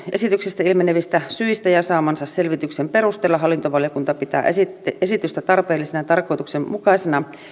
esityksestä ilmenevistä syistä ja saamansa selvityksen perusteella hallintovaliokunta pitää esitystä esitystä tarpeellisena ja tarkoituksenmukaisena